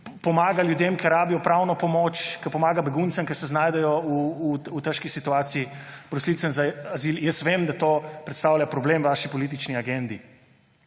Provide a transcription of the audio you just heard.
pomaga ljudem, ki rabijo pravno pomoč, ki pomaga beguncem, ki se znajdejo v težki situaciji, prosilcem za azil, jaz vem, da to predstavlja problem vaši politični agendi,